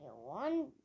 one